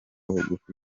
bugufi